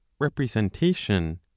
representation